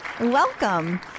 Welcome